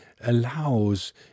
allows